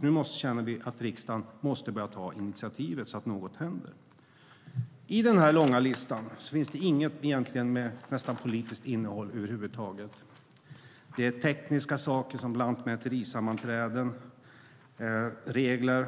Nu känner vi att riksdagen måste börja ta initiativet, så att något händer. I den här långa listan finns det nästan inget med politiskt innehåll över huvud taget. Det handlar om tekniska saker, som lantmäterisammanträden och regler.